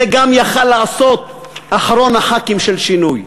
זה גם יכול היה לעשות אחרון חברי הכנסת של שינוי.